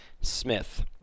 Smith